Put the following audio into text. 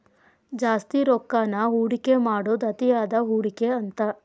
ಜಾಸ್ತಿ ರೊಕ್ಕಾನ ಹೂಡಿಕೆ ಮಾಡೋದ್ ಅತಿಯಾದ ಹೂಡಿಕೆ ಅಂತ